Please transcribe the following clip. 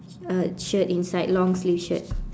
uh shirt inside long sleeve shirt